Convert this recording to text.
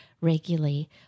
regularly